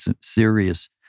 serious